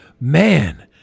man